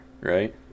right